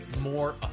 more